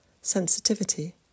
sensitivity